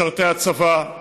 משרתי הצבא,